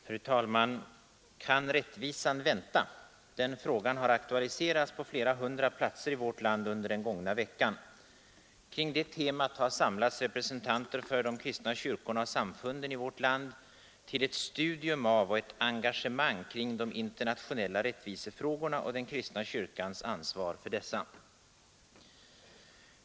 Fru talman! Kan rättvisan vänta? Den frågan har aktualiserats på flera hundra platser i vårt land under den gångna veckan. Kring det temat har samlats representanter för de kristna kyrkorna och samfunden i vårt land till ett studium av och ett engagemang kring de internationella rättvisefrågorna och den kristna kyrkans ansvar för dessa.